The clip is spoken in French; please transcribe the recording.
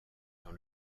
dans